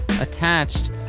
Attached